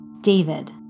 David